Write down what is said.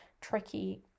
tricky